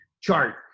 chart